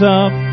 up